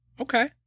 Okay